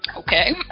Okay